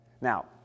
Now